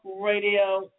Radio